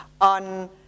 on